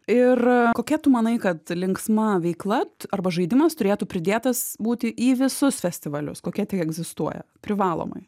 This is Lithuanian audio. ir kokia tu manai kad linksma veikla arba žaidimas turėtų pridėtas būti į visus festivalius kokie tik egzistuoja privalomai